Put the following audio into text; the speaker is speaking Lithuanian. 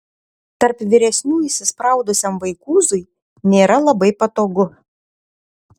tarp vyresnių įsispraudusiam vaikūzui nėra labai patogu